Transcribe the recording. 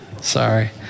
Sorry